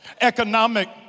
economic